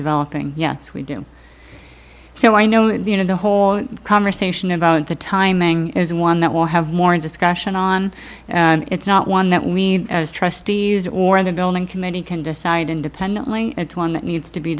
developing yes we do so i know that you know the whole conversation about the timing is one that will have more in discussion on and it's not one that we as trustees or the building committee can decide independently and two on that needs to be